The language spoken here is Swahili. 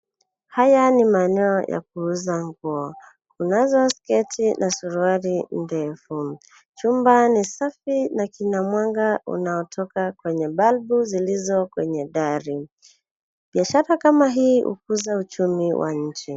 Haya ni maeneo ya kuuza nguo kunazo sketi na suruali ndefu, chumba ni safi na kina mwanga unaotoka kwenye balbu zilizo kwenye dari. Biashara kama hii hukuza uchumi wa nchi.